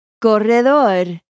Corredor